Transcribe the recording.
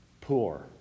poor